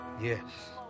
Yes